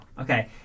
Okay